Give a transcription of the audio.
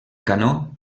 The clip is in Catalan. canó